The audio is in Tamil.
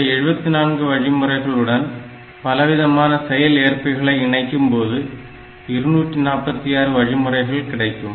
இந்த 74 வழிமுறைகளுடன் பலவிதமான செயல்ஏற்பிகளை இணைக்கும்போது 246 வழிமுறைகள் கிடைக்கும்